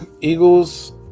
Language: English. Eagles